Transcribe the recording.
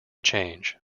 change